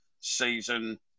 season